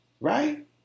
right